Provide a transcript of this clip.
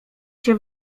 się